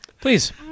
Please